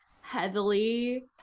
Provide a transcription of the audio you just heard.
heavily